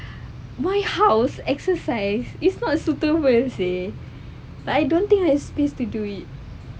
why house exercise it's not suitable seh I don't think I have space to do it